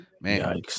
man